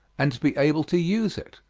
and to be able to use it.